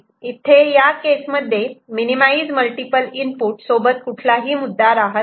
तर इथे या केसमध्ये मिनीमाईझ मल्टिपल इनपुट सोबत कुठलाही मुद्दा राहत नाही